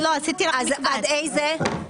מי נגד?